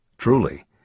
Truly